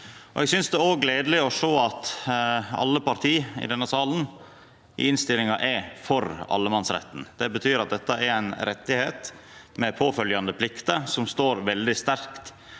Eg synest det er gledeleg å sjå at alle partia i denne salen i innstillinga er for allemannsretten. Det betyr at dette er ein rett med påfølgjande plikter som står veldig sterkt